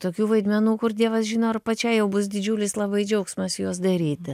tokių vaidmenų kur dievas žino ar pačiai jau bus didžiulis labai džiaugsmas juos daryti